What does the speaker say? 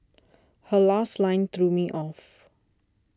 her last line threw me off